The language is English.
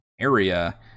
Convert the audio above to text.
area